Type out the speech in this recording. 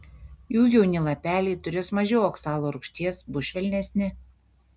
jų jauni lapeliai turės mažiau oksalo rūgšties bus švelnesni